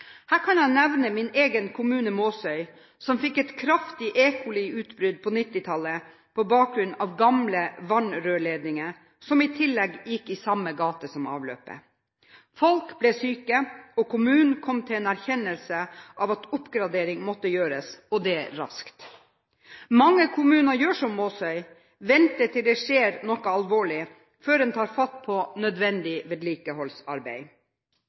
Her kan jeg nevne min egen kommune, Måsøy, som fikk et kraftig E. coli-utbrudd på 1990-tallet på bakgrunn av gamle vannrørledninger, som i tillegg gikk i samme gate som avløpet. Folk ble syke, og kommunen kom til en erkjennelse av at oppgradering måtte gjøres, og det raskt. Mange kommuner gjør som Måsøy, venter til det skjer noe alvorlig før en tar fatt på nødvendig vedlikeholdsarbeid.